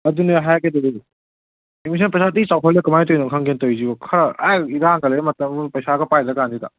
ꯑꯗꯨꯅꯦ ꯍꯥꯏꯔꯛꯀꯗꯣꯏꯁꯦ ꯑꯦꯗꯃꯤꯁꯟ ꯄꯩꯁꯥ ꯊꯤ ꯆꯥꯎꯈꯠꯂꯦ ꯀꯃꯥꯏꯅ ꯇꯧꯔꯤꯅꯣ ꯈꯪꯗꯦ ꯇꯧꯔꯤꯁꯤꯕꯣ ꯈꯔ ꯑꯥ ꯏꯔꯥꯡꯀꯜꯂꯦ ꯃꯇꯥꯒꯨꯝ ꯃꯔꯣꯝ ꯄꯩꯁꯥꯒ ꯄꯥꯏꯗ꯭ꯔꯀꯥꯟꯁꯤꯗ